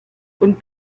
und